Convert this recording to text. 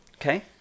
Okay